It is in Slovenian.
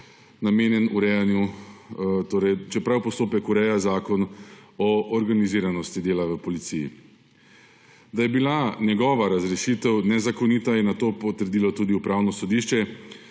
javnih uslužbencih, čeprav postopek ureja Zakon o organiziranosti dela v policiji. Da je bila njegova razrešitev nezakonita, je nato potrdilo tudi Upravno sodišče,